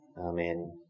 Amen